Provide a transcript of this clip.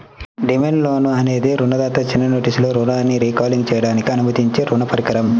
demand loan అనేది రుణదాత చిన్న నోటీసులో రుణాన్ని రీకాల్ చేయడానికి అనుమతించే రుణ పరికరం